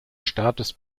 staates